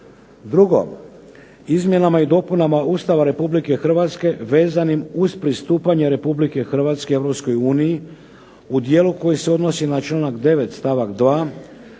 Drugo, izmjenama i dopunama Ustava Republike Hrvatske vezanim uz pristupanje Republike Hrvatske Europskoj uniji u dijelu koji se odnosi na članak 9. stavak 2.